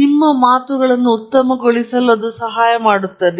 ನಿಮ್ಮ ಮಾತುಗಳನ್ನು ಉತ್ತಮಗೊಳಿಸಲು ಸಹಾಯ ಮಾಡುತ್ತದೆ